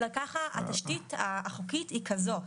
אז ככה שהתשתית החוקית היא כזאת.